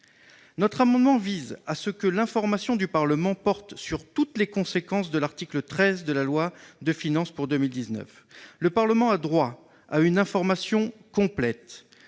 Notre amendement vise à ce que l'information du Parlement porte sur toutes les conséquences de l'article 13 de la loi de finances pour 2019, car le Parlement a droit à une information complète,